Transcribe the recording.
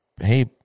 hey